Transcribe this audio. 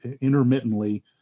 intermittently